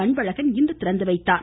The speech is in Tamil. அன்பழகன் இன்று திறந்துவைத்தார்